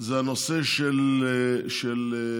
זה הנושא של כניסה,